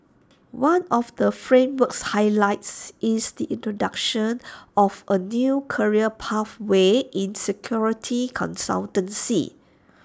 one of the framework's highlights is the introduction of A new career pathway in security consultancy